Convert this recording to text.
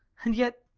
and yet,